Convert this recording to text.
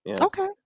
Okay